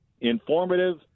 informative